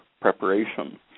preparation